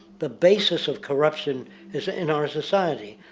the bases of corruption is ah in our society.